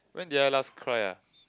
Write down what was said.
when did I last cry ah